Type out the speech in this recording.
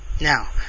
Now